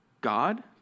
God